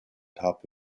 top